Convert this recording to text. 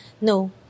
No